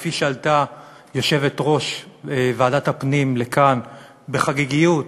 כפי שעלתה יושבת-ראש ועדת הפנים לכאן בחגיגיות